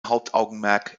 hauptaugenmerk